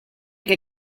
que